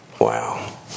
Wow